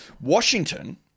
Washington